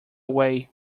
way